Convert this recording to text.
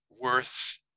worth